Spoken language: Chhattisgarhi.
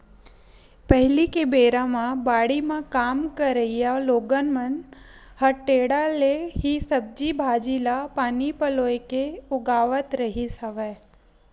पहिली के बेरा म बाड़ी म काम करइया लोगन मन ह टेंड़ा ले ही सब्जी भांजी ल पानी पलोय के उगावत रिहिस हवय